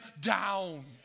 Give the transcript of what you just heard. down